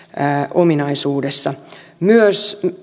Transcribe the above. ominaisuudessa